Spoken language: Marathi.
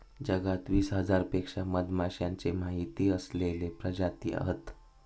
जगात वीस हजारांपेक्षा मधमाश्यांचे माहिती असलेले प्रजाती हत